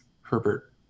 Herbert